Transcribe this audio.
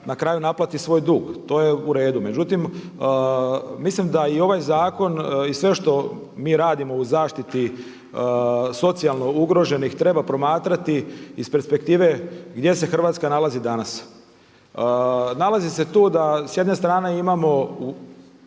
na kraju naplati svoj dug. To je u redu. Međutim, mislim da i ovaj zakon i sve što mi radimo u zaštiti socijalno ugroženih treba promatrati iz perspektive gdje se Hrvatska nalazi danas. Nalazi se tu da s jedne strane imamo